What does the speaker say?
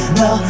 no